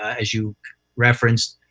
as you referenced.